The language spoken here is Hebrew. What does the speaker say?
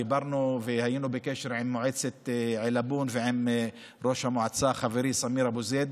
דיברנו והיינו בקשר עם מועצת עילבון ועם ראש המועצה חברי סמיר אבו זייד.